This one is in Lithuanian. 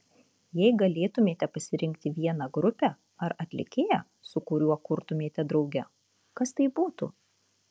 jei galėtumėte pasirinkti vieną grupę ar atlikėją su kuriuo kurtumėte drauge kas tai būtų